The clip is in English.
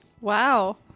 Wow